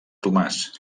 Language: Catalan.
tomàs